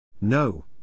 No